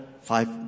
five